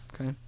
Okay